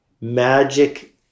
magic